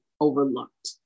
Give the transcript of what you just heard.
overlooked